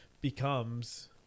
becomes